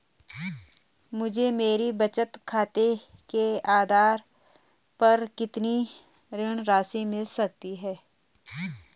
मुझे मेरे बचत खाते के आधार पर कितनी ऋण राशि मिल सकती है?